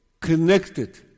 connected